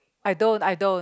I don't I don't